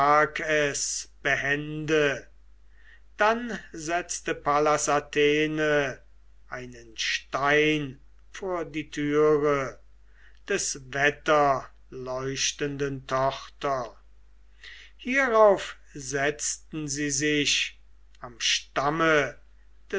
behende dann setzte pallas athene einen stein vor die türe des wetterleuchtenden tochter hierauf setzten sie sich am stamme